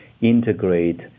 integrate